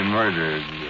murdered